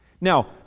Now